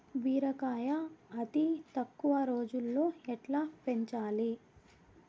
బీరకాయ అతి తక్కువ రోజుల్లో ఎట్లా పెంచాలి?